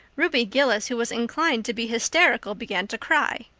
ruby gillis, who was inclined to be hysterical, began to cry.